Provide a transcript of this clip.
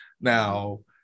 Now